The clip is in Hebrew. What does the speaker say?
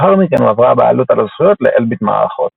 לאחר מכן הועברה הבעלות על הזכויות לאלביט מערכות.